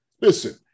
Listen